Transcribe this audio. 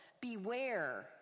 Beware